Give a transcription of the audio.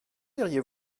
diriez